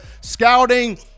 scouting